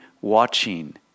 watching